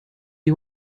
die